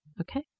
okay